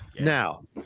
Now